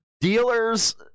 dealers